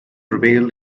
revealed